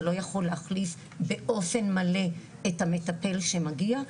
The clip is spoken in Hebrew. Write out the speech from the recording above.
זה לא יכול להחליף באופן מלא את המטפל שמגיע,